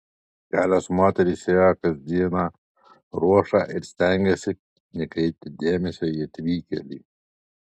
kelios moterys ėjo kasdienę ruošą ir stengėsi nekreipti dėmesio į atvykėlį